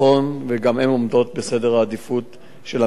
וגם הן עומדות בסדר העדיפויות של המשרד.